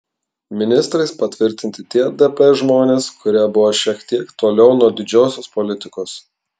ministrais patvirtinti tie dp žmonės kurie buvo šiek tiek toliau nuo didžiosios politikos